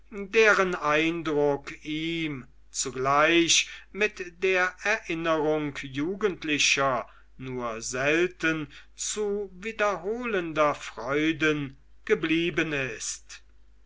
deren eindruck ihm zugleich mit der erinnerung jugendlicher nur selten zu wiederholender freuden geblieben ist